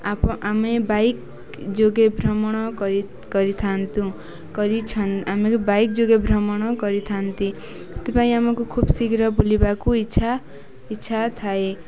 ଆପ ଆମେ ବାଇକ୍ ଯୋଗେ ଭ୍ରମଣ କରିଥାନ୍ତୁ କରିଛନ୍ ଆମେ ବାଇକ୍ ଯୋଗେ ଭ୍ରମଣ କରିଥାନ୍ତି ସେଥିପାଇଁ ଆମକୁ ଖୁବ୍ ଶୀଘ୍ର ବୁଲିବାକୁ ଇଚ୍ଛା ଇଚ୍ଛା ଥାଏ